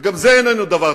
וגם זה איננו דבר טריוויאלי,